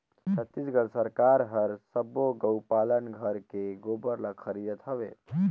छत्तीसगढ़ सरकार हर सबो गउ पालन घर के गोबर ल खरीदत हवे